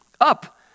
Up